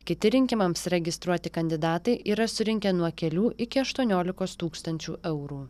kiti rinkimams registruoti kandidatai yra surinkę nuo kelių iki aštuoniolikos tūkstančių eurų